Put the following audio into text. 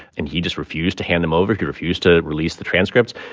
and he just refused to hand them over. he refused to release the transcripts.